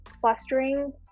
clustering